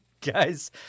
guys